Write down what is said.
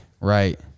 Right